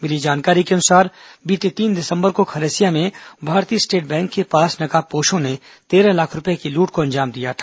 मिली जानकारी के अनुसार बीते तीन दिसंबर को खरसिया में भारतीय स्टेट बैंक के पास नकाबपोशों ने तेरह लाख रूपए की लूट को अंजाम दिया था